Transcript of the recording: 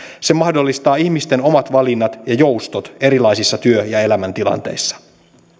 se mahdollistaa ihmisten omat valinnat ja joustot erilaisissa työ ja elämäntilanteissa